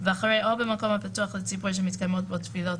- ואחרי "או במקום הפתוח לציבור שמתקיימות בו תפילות